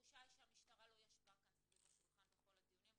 התחושה היא שהמשטרה לא ישבה כאן סביב השולחן בכל הדיונים,